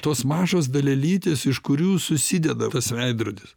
tos mažos dalelytės iš kurių susideda tas veidrodis